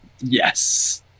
Yes